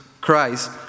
Christ